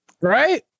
right